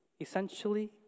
Essentially